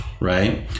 Right